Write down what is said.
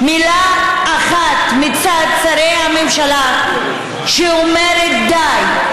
מילה אחת מצד שרי הממשלה שאומרת די,